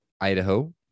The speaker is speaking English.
Idaho